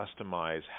customize